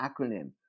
acronym